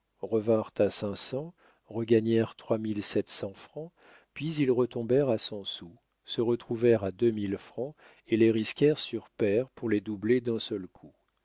revinrent à cinq cents regagnèrent trois mille sept cents francs puis ils retombèrent à cent sous se retrouvèrent à deux mille francs et les risquèrent sur pair pour les doubler d'un seul coup